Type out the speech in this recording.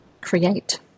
create